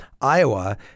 Iowa